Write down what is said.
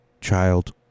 child